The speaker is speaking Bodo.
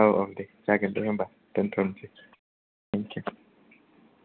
औ औ दे जागोन दे होनबा दोनथ'सै थेंकिउ